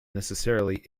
necessarily